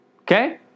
Okay